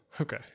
Okay